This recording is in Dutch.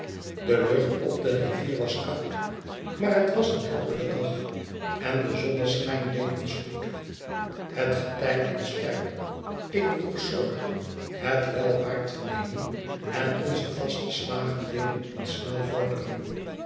de lucht op de rivier was koud maar het was een heldere dag en de zonneschijn deed ons goed het getij hep sterk ik droeg zorg het wel waar te nemen en onze vaste slagen deden ons snel vorderen